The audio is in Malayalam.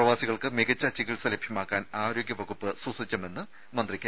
പ്രവാസികൾക്ക് മികച്ച ചികിത്സ ലഭ്യമാക്കാൻ ആരോഗ്യവകുപ്പ് സുസജ്ജമെന്ന് മന്ത്രി കെ